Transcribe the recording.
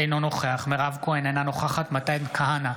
אינו נוכח מירב כהן, אינה נוכחת מתן כהנא,